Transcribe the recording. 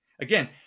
again